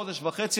חודש וחצי,